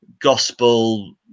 gospel